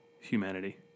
humanity